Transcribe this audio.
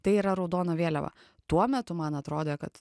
tai yra raudona vėliava tuo metu man atrodė kad